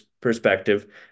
perspective